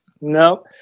no